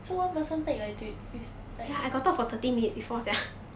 so one person take like twe~ fif~ like